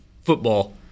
football